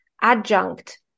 adjunct